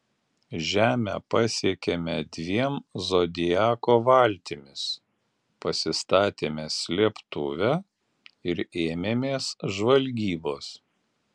žemę pasiekėme dviem zodiako valtimis pasistatėme slėptuvę ir ėmėmės žvalgybos